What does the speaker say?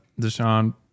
Deshaun